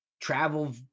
travel